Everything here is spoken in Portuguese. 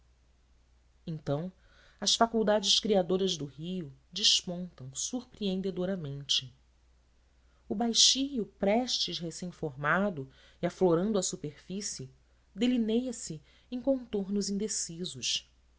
então as faculdades criadoras do rio despontam supreendedoramente o baixio prestes recém formado e aflorando à superfície delineia se em contornos indecisos